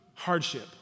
Hardship